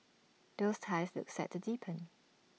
those ties look set to deepen